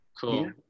Cool